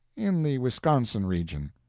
in the wisconsin region.